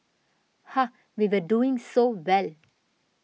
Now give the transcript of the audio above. ha we were doing so well